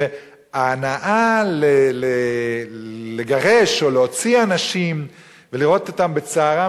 ההנאה לגרש או להדיח אנשים ולראות אותם בצערם,